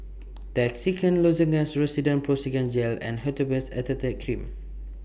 Trachisan Lozenges Rosiden Piroxicam Gel and Hydrocortisone Acetate Cream